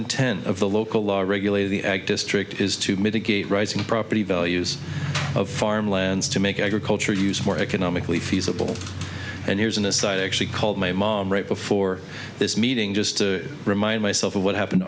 intent of the local law regulating the ag district is to mitigate rising property values of farm lands to make agriculture use more economically feasible and here's an aside i actually called my mom right before this meeting just to remind myself of what happened